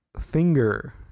finger